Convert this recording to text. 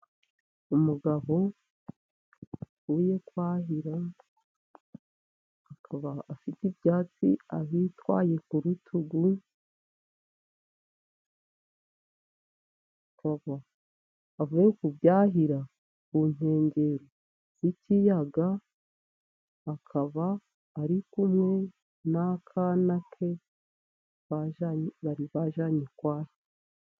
Umugabo uvuye kwahira, akaba afite ibyatsi abitwaye ku rutugu, akaba avuye ku byahira ku nkengero z'ikiyaga, akaba ari kumwe n'akana ke bari bajyanye kwahira.